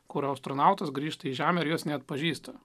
kur ostronautas grįžta į žemę ir jos neatpažįsta